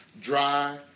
dry